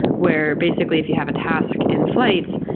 where basically if you have a task in flyte,